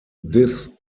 this